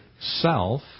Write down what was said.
self